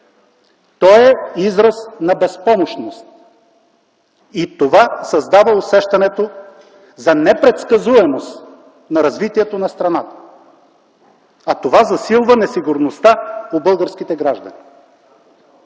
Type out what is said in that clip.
то е израз на безпомощност и това създава усещането за непредсказуемост на развитието на страната, а това засилва несигурността у българските граждани.